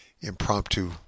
impromptu